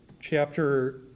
chapter